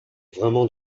vraiment